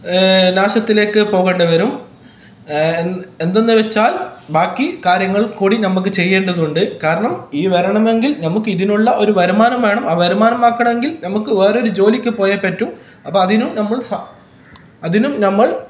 നാശത്തിലേക്ക് പോകേണ്ടി വരും എന്തെന്ന് വെച്ചാൽ ബാക്കി കാര്യങ്ങൾ കൂടി നമുക്ക് ചെയ്യേണ്ടതുണ്ട് കാരണം ഈ വരണമെങ്കിൽ നമുക്കിതിനുള്ളള്ള ഒരു വരുമാനം വേണം ആ വരുമാനം ആക്കണമെങ്കിൽ നമുക്ക് വേറൊരു ജോലിക്ക് പോയേ പറ്റു അപ്പോൾ അതിനു നമ്മൾ സ അതിനും നമ്മൾ